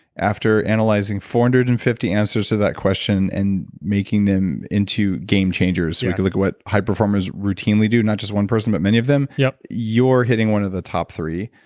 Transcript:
after analyzing four hundred and fifty answers to that question and making them into game changers, we could look at what high performers routinely do, not just one person, but many of them, yeah you're hitting one of the top three.